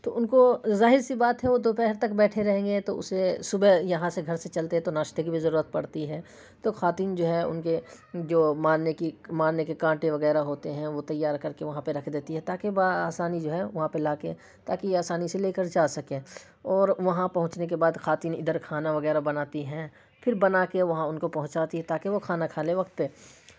تو ان کو ظاہر سی بات ہے وہ دوپہر تک بیٹھے رہیں گے تو اسے صبح یہاں سے گھر سے چلتے ہیں تو ناشتے کی بھی ضرورت پڑتی ہے تو خواتین جو ہے ان کے جو مارنے کی مارنے کے کانٹے وغیرہ ہوتے ہیں وہ تیار کر کے وہاں پہ رکھ دیتی ہیں تاکہ بآسانی جو ہے وہاں پہ لا کے تاکہ آسانی سے لے کر جا سکیں اور وہاں پہنچنے کے بعد خواتین ادھر کھانا وغیرہ بناتی ہیں پھر بنا کے وہاں ان کو پہنچاتی ہیں تاکہ وہ کھانا کھا لیں وقت پہ